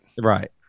Right